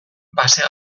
base